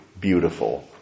beautiful